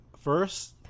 first